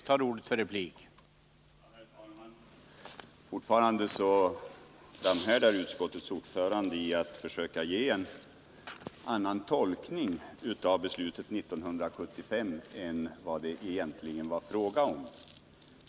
Herr talman! Utskottets ordförande framhärdar fortfarande med att försöka ge en annan tolkning av beslutet 1975 än den som det egentligen är fråga om.